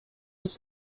was